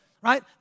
right